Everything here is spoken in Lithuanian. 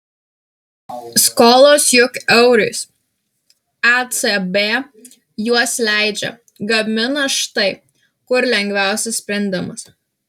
skolos juk eurais ecb juos leidžia gamina štai kur lengviausias sprendimas